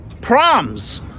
proms